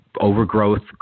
overgrowth